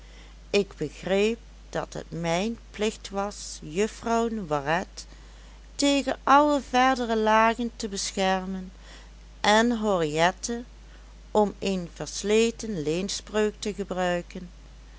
ik begreep dat het mijn plicht was juffrouw noiret tegen alle verdere lagen te beschermen en henriette om een versleten leenspreuk te gebruiken